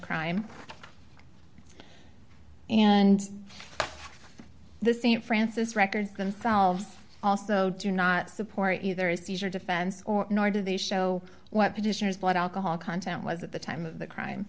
crime and the st francis records themselves also do not support either seizure defense or nor do they show what petitioners blood alcohol content was at the time of the crime